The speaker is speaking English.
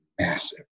massive